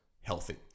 healthy